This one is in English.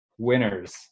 Winners